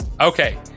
Okay